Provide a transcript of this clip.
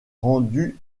rendue